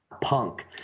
punk